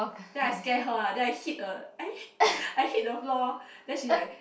then I scare her ah then I hit a I hit I hit the floor then she like